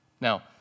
Now